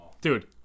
Dude